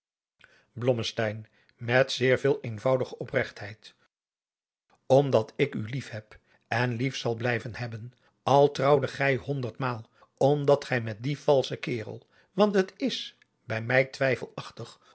met zeer veel eenvoudige opregtheid omdat ik u lief heb en lief zal blijven hebben al trouwde gij honderdmaal omdat gij met dien valschen kerel want het is bij mij twijfelachtig